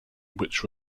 which